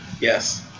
Yes